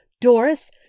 Doris